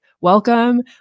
welcome